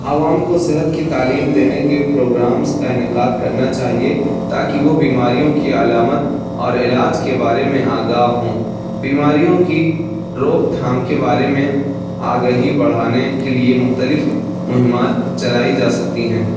عوام کو صحت کی تعلیم دینے کے پروگرامس کا انعقاد کرنا چاہیے تاکہ وہ بیماریوں کی علامت اور علاج کے بارے میں آگاہ ہوں بیماریوں کی روک تھام کے بارے میں آگہی بڑھانے کے لیے مختلف مہمات چلائی جا سکتی ہیں